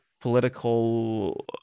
political